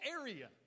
area